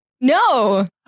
No